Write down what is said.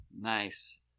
Nice